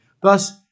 Thus